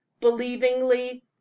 believingly